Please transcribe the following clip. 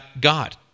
god